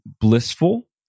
blissful